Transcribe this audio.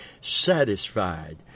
satisfied